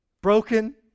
broken